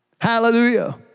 Hallelujah